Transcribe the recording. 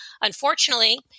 Unfortunately